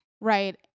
Right